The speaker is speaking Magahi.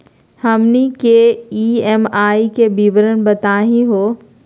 हमनी के ई.एम.आई के विवरण बताही हो?